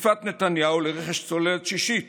דחיפת נתניהו לרכש צוללת שישית